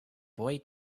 boy